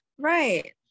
Right